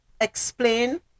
explain